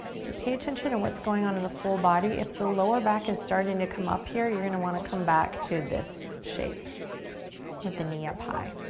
so pay attention to what's going on in the full body. if the lower back is starting to come up here, you're gonna want to come back to this shape with the knee up high.